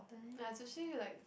ya especially like